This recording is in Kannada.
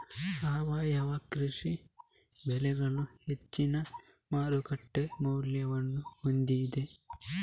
ಸಾವಯವ ಕೃಷಿ ಬೆಳೆಗಳು ಹೆಚ್ಚಿನ ಮಾರುಕಟ್ಟೆ ಮೌಲ್ಯವನ್ನು ಹೊಂದಿದೆ